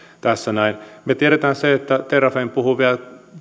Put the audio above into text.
tässä näin me tiedämme että terrafame puhui vielä